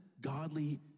godly